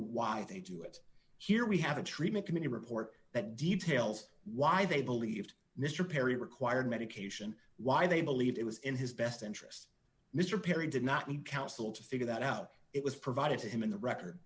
why they do it here we have a treatment committee report that details why they believed mr perry required medication why they believed it was in his best interest mr perry did not meet counsel to figure that out it was provided to him in the record